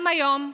גם היום,